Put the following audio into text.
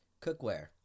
cookware